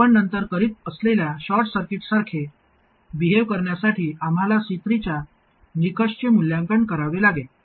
आपण नंतर करीत असलेल्या शॉर्ट सर्किटसारखे बिहेव करण्यासाठी आम्हाला C3 च्या निकषचे मूल्यांकन करावे लागेल